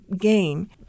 gain